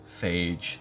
Phage